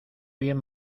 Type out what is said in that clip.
bien